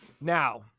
now